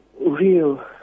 real